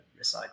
recycle